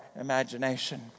imagination